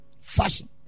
fashion